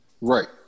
Right